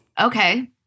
okay